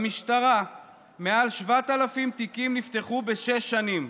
במשטרה נפתחו מעל 7,000 תיקים בשש שנים,